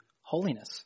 holiness